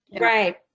right